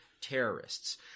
terrorists